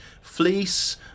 fleece